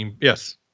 Yes